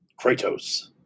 Kratos